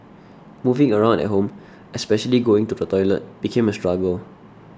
moving around at home especially going to the toilet became a struggle